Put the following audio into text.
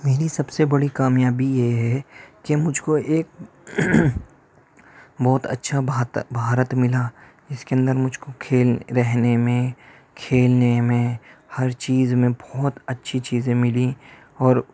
میری سب سے بڑی کامیابی یہ ہے کہ مجھ کو ایک بہت اچھا بھات بھارت ملا جس کے اندر مجھ کو کھیل رہنے میں کھیلنے میں ہر چیز میں بہت اچھی چیزیں ملیں اور